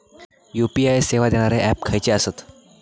UPI सेवा देणारे app खयचे आसत?